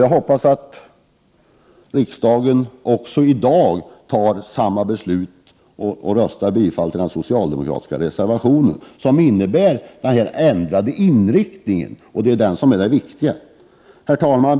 Jag hoppas därför att riksdagen i dag ansluter till detta ställningstagande och bifaller den socialdemokratiska reservationen, där vi föreslår den ändrade inriktning som är så viktig i detta sammanhang.